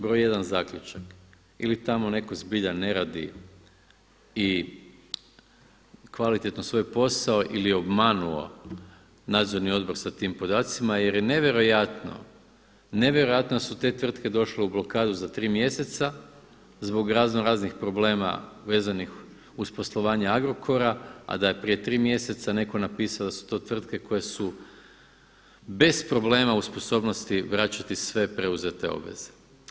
Broj jedan zaključak, ili tamo neko zbilja ne radi i kvalitetno svoj posao ili je obmanuo nadzorni odbor za tim podacima jer je nevjerojatno da su te tvrtke došle u blokadu za tri mjeseca zbog raznoraznih problema vezanih uz poslovanje Agrokora, a da je prije tri mjeseca neko napisao da su to vrtke koje su bez problema u sposobnosti vraćati sve preuzete obveze.